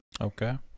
Okay